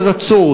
שרצות,